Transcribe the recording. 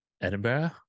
Edinburgh